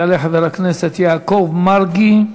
יעלה חבר הכנסת יעקב מרגי,